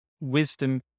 wisdom